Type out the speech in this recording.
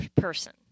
person